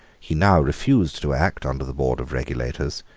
he now refused to act under the board of regulators,